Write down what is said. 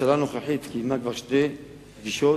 הממשלה הנוכחית קיימה כבר שתי פגישות,